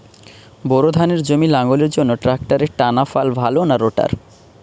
Bore ধানের জমি লাঙ্গলের জন্য ট্রাকটারের টানাফাল ভালো না রোটার?